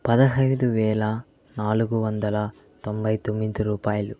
పదిహేను వేల నాలుగు వందల తొంభై తొమ్మిది రూపాయలు